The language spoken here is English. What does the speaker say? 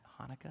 Hanukkah